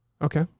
Okay